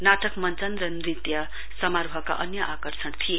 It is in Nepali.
नाटक मञ्चन र नृत्य समारोहका अन्य आकर्षण थिए